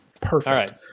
Perfect